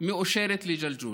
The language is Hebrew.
מאושרת לג'לג'וליה.